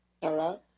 Hello